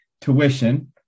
Tuition